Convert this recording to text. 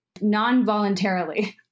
non-voluntarily